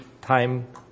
time